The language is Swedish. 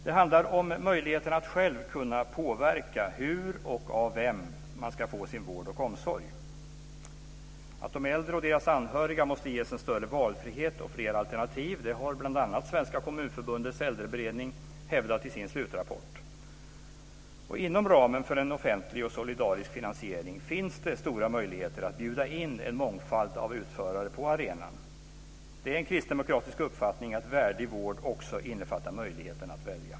Det handlar om möjligheten att själv kunna påverka hur och av vem man ska få sin vård och omsorg. Att de äldre och deras anhöriga måste ges en större valfrihet och flera alternativ har bl.a. Svenska Kommunförbundets äldreberedning hävdat i sin slutrappport. Inom ramen för en offentlig och solidarisk finansiering finns det stora möjligheter att bjuda in en mångfald av utförare på arenan. Det är en kristdemokratisk uppfattning att värdig vård också innefattar möjligheten att välja.